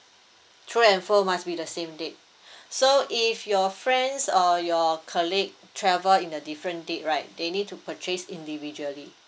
to and fro must be the same date so if your friends or your colleague travel in a different date right they need to purchase individually